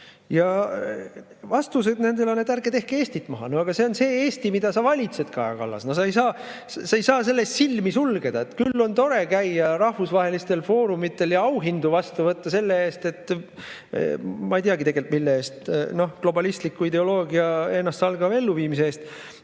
on sellised, et ärge tehke Eestit maha. Aga see on see Eesti, mida sa valitsed, Kaja Kallas. No sa ei saa selle ees silmi sulgeda. Küll on tore käia rahvusvahelistel foorumitel ja auhindu vastu võtta – ma ei teagi tegelikult, mille eest – globalistliku ideoloogia ennastsalgava elluviimise eest.